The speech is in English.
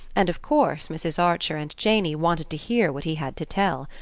and of course mrs. archer and janey wanted to hear what he had to tell.